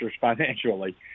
financially